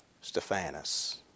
Stephanus